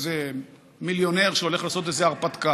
הם לא איזה מיליונר שהולך לעשות איזו הרפתקה.